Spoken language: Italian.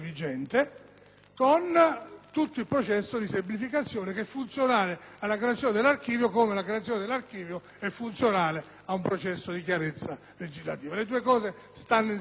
con tutto il processo di semplificazione che è funzionale alla creazione dell'archivio, come la creazione dell'archivio è funzionale ad un processo di chiarezza legislativa. Le due cose stanno insieme.